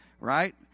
right